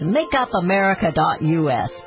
MakeupAmerica.us